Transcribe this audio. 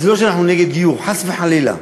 זה לא שאנחנו נגד גיור, חס וחלילה.